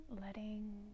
letting